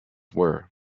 were